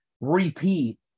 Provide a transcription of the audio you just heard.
repeat